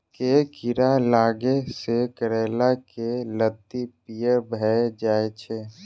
केँ कीड़ा लागै सऽ करैला केँ लत्ती पीयर भऽ जाय छै?